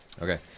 Okay